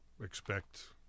expect